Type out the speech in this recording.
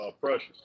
precious